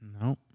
No